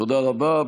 תודה רבה.